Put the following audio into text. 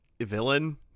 villain